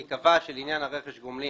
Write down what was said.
היא קבעה שלעניין רכש הגומלין,